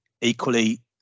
Equally